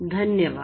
धन्यवाद